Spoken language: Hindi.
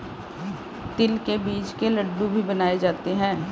तिल के बीज के लड्डू भी बनाए जाते हैं